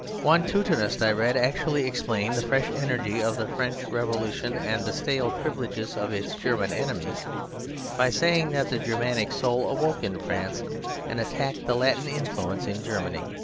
one teutonist i read actually explained the fresh energy of the french revolution and the stale privileges of its german enemies by saying that the germanic soul awoke in france and attacked the latin influence in germany.